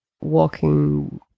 walking